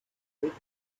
worth